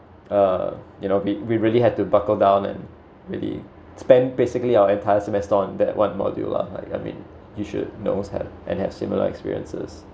uh you know we really had to buckle down and really spend basically our entire semester on that one module lah like I mean you should knows have and have similar experiences